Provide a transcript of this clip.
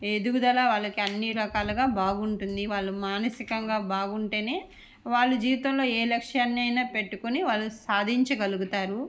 ఎదుగుదల వాళ్ళకి అన్ని రకాలుగా బాగుంటుంది వాళ్ళు మానసికంగా బాగా ఉంటే వాళ్ళు జీవితంలో ఏ లక్ష్యానైనా పెట్టుకుని వాళ్ళు సాధించగలుగుతారు